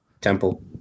temple